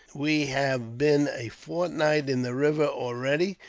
we have been a fortnight in the river already.